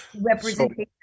Representation